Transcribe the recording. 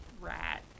rat